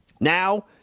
now